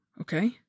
okay